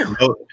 No